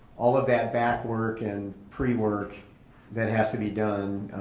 all of that back work and pre-work that has to be done,